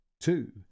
two